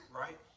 right